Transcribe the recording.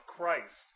Christ